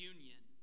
Union